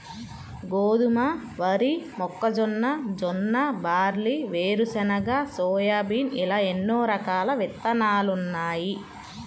గోధుమ, వరి, మొక్కజొన్న, జొన్న, బార్లీ, వేరుశెనగ, సోయాబీన్ ఇలా ఎన్నో రకాల విత్తనాలున్నాయి